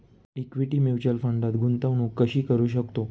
Equity mutual फंडात गुंतवणूक कशी करू शकतो?